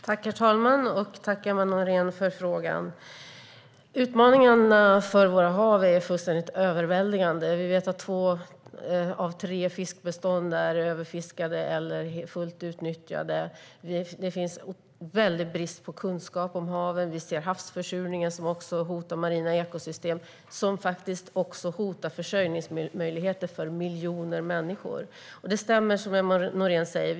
Herr talman! Jag tackar Emma Nohrén för frågan. Utmaningarna för våra hav är fullständigt överväldigande. Vi vet att två av tre fiskebestånd är överfiskade eller fullt utnyttjade. Det finns en väldig brist på kunskap om haven, och vi ser havsförsurningen som hotar marina ekosystem och också försörjningsmöjligheterna för miljoner människor. Det som Emma Nohrén säger stämmer.